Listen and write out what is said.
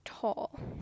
Tall